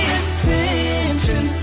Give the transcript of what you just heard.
attention